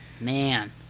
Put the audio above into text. Man